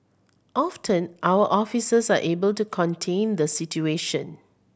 often our officers are able to contain the situation